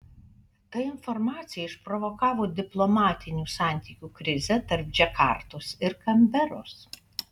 ta informacija išprovokavo diplomatinių santykių krizę tarp džakartos ir kanberos